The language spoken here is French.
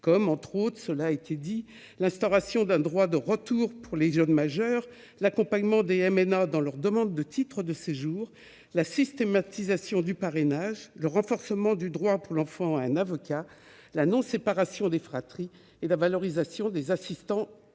texte de mesures positives comme l'instauration d'un droit au retour pour les jeunes majeurs, l'accompagnement des MNA dans leur demande de titre de séjour, la systématisation du parrainage, le renforcement du droit pour l'enfant à un avocat, la non-séparation des fratries et la valorisation des assistants familiaux.